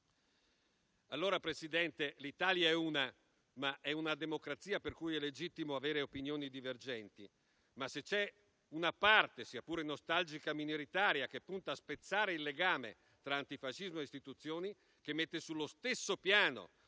Presidente, l'Italia è una, ma è una democrazia per cui è legittimo avere opinioni divergenti; se c'è però una parte, sia pure nostalgica e minoritaria, che punta a spezzare il legame tra antifascismo e istituzioni, che mette sullo stesso piano